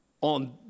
On